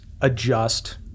adjust